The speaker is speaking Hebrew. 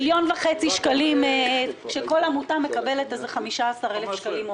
מיליון וחצי שקלים כשכל עמותה מקבלת כ-15,000 שקלים,